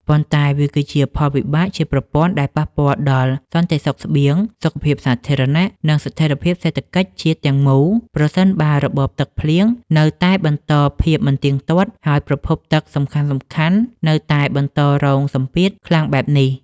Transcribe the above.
ប៉ុន្តែវាគឺជាផលវិបាកជាប្រព័ន្ធដែលប៉ះពាល់ដល់សន្តិសុខស្បៀង សុខភាពសាធារណៈ និងស្ថិរភាពសេដ្ឋកិច្ចជាតិទាំងមូល ប្រសិនបើរបបទឹកភ្លៀងនៅតែបន្តភាពមិនទៀងទាត់ ហើយប្រភពទឹកសំខាន់ៗនៅតែបន្តរងសម្ពាធខ្លាំងបែបនេះ។